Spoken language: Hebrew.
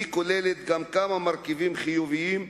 נכללים בה גם כמה מרכיבים חיוביים,